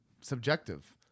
subjective